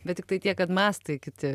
bet tiktai tiek kad mastai kiti